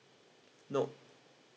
nope